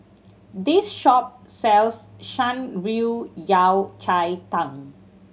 this shop sells Shan Rui Yao Cai Tang